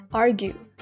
argue